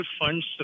funds